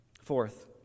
Fourth